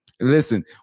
Listen